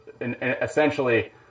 essentially